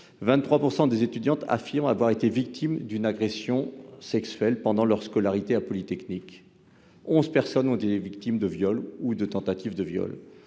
23 % des étudiantes affirment avoir été victimes d'une agression sexuelle pendant leur scolarité ; onze personnes ont été victimes de viol ou de tentative de viol.